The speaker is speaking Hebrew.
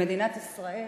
במדינת ישראל